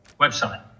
website